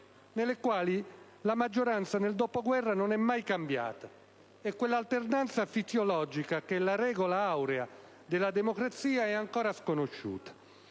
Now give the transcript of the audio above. nelle quali la maggioranza nel dopoguerra non è mai cambiata, e quella alternanza fisiologica che è la regola aurea della democrazia è ancora sconosciuta.